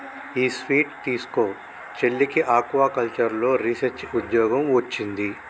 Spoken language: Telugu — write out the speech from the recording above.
ఈ స్వీట్ తీస్కో, చెల్లికి ఆక్వాకల్చర్లో రీసెర్చ్ ఉద్యోగం వొచ్చింది